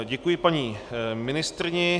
Děkuji paní ministryni.